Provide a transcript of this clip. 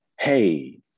hey